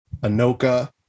Anoka